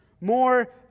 more